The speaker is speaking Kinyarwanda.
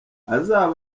umubare